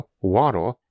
water